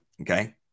Okay